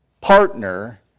partner